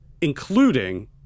including